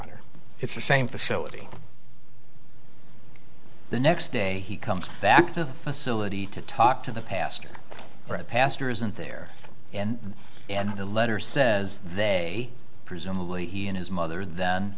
honor it's the same facility the next day he comes back to the facility to talk to the pastor pastor isn't there and and the letter says they presumably he and his mother then